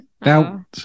Now